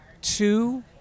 two